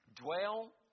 Dwell